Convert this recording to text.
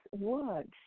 words